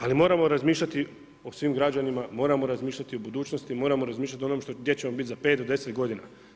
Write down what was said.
Ali moramo razmišljati o svim građanima, moramo razmišljati o budućnosti, moramo razmišljati o onom gdje ćemo biti za 5, 10 godina.